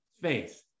faith